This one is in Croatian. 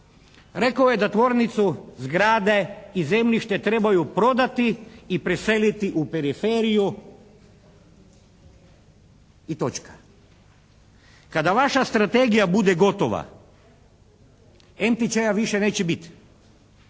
Rekao je da tvornicu, zgrade i zemljište trebaju prodati i preseliti u periferiju i točka. Kada vaša strategija bude gotova MTČ-a više neće bit.